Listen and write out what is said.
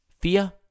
fear